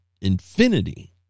infinity